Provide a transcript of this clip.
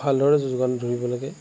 খুব ভালদৰে যোগান ধৰিব লাগে